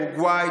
אורוגוואי,